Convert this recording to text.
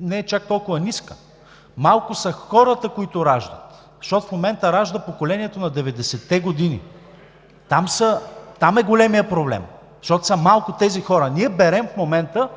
не е чак толкова ниска. Малко са хората, които раждат, защото в момента ражда поколението на 90-те години. Там е големият проблем, защото са малко тези хора. Ние берем в момента